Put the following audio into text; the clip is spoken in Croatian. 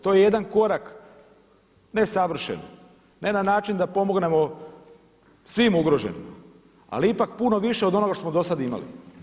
To je jedan korak, ne savršen, ne na način da pomognemo svim ugroženim, ali ipak puno više od onoga što smo dosad imali.